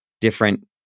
different